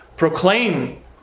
proclaim